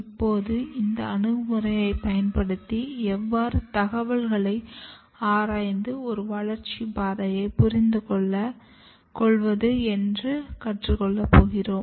இப்போது இந்த அணுகுமுறையைப் பயன்படுத்தி எவ்வாறு தகவல்களை ஆராய்ந்து ஒரு வளர்ச்சி பாதையை புரிந்துகொள்வது என்று கற்றுக்கொள்ள போகிறோம்